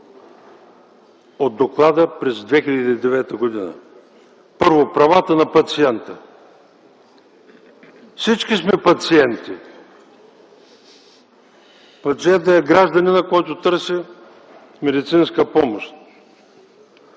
от доклада през 2009 г. Първо, правата на пациента. Всички сме пациенти. Пациентът е гражданинът, който търси медицинска помощ.